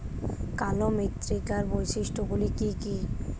কালো মৃত্তিকার বৈশিষ্ট্য গুলি কি কি?